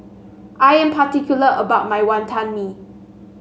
I am particular about my Wantan Mee